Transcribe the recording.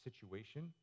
situation